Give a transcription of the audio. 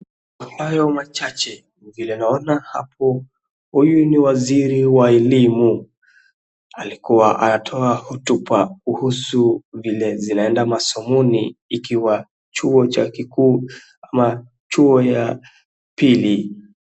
Kwa hayo machache, huyu ni waziri wa elimu. Anatoa hotuba kuhusu kunavyoenda masomoni.